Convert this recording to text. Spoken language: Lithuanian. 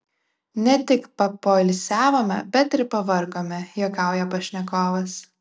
ne tik papoilsiavome bet ir pavargome juokauja pašnekovas